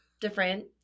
different